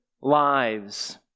lives